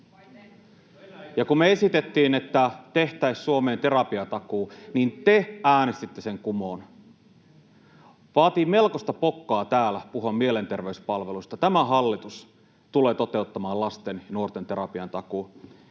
ja kun me esitettiin, että tehtäisiin Suomeen terapiatakuu, niin te äänestitte sen kumoon. Vaatii melkoista pokkaa täällä puhua mielenterveyspalveluista. Tämä hallitus tulee toteuttamaan lasten ja nuorten terapiatakuun.